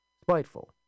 spiteful